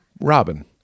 Robin